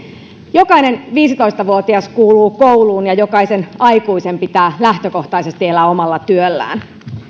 jokainen viisitoista vuotias kuuluu kouluun ja jokaisen aikuisen pitää lähtökohtaisesti elää omalla työllään